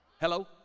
Hello